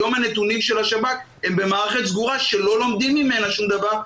היום הנתונים של השב"כ הם במערכת סגורה שלא לומדים ממנה שום דבר,